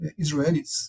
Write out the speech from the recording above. Israelis